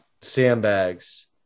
Sandbags